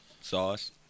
sauce